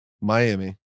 miami